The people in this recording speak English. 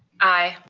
aye.